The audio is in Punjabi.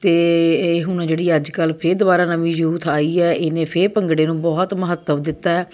ਅਤੇ ਇਹ ਹੁਣ ਜਿਹੜੀ ਅੱਜ ਕੱਲ੍ਹ ਫਿਰ ਦੁਬਾਰਾ ਨਵੀਂ ਯੂਥ ਆਈ ਹੈ ਇਹਨੇ ਫਿਰ ਭੰਗੜੇ ਨੂੰ ਬਹੁਤ ਮਹੱਤਵ ਦਿੱਤਾ ਹੈ